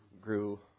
grew